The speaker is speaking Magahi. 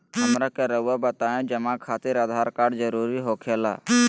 हमरा के रहुआ बताएं जमा खातिर आधार कार्ड जरूरी हो खेला?